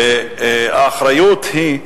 האחריות היא,